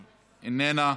איננה,